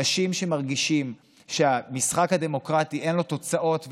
אנשים שמרגישים שלמשחק הדמוקרטי אין תוצאות,